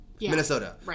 Minnesota